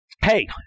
hey